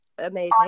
amazing